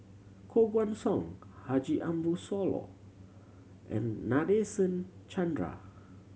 Koh Guan Song Haji Ambo Sooloh and Nadasen Chandra